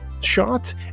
shot